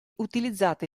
utilizzate